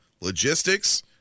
logistics